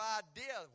idea